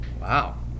Wow